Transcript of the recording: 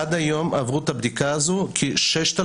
עד היום עברו את הבדיקה הזו כ-6,271